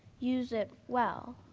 use it well.